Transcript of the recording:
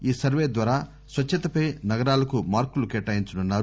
ఈ సర్వే ద్వారా స్వచ్చతపై నగరాలకు మార్కులు కేటాయించనున్నారు